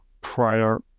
prior